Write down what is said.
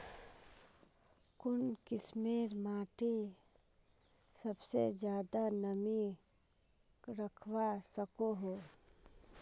कुन किस्मेर माटी सबसे ज्यादा नमी रखवा सको हो?